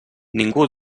ningú